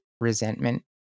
resentment